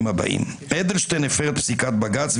הבאים: אדלשטיין הפר את פסיקת בג"ץ,